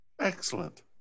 Excellent